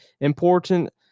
Important